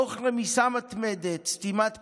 תוך רמיסה מתמדת, סתימת פיות,